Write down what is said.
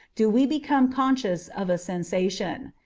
do we become conscious of a sensation.